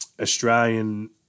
Australian